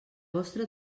vostra